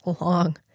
long